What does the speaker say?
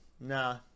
Nah